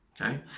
Okay